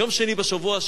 יום שני בשבוע,